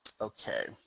Okay